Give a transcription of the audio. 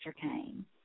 came